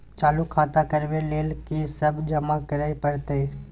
खाता चालू करबै लेल की सब जमा करै परतै?